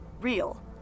real